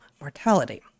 mortality